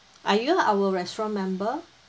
are you our restaurant member